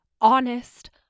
honest